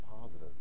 positive